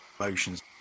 emotions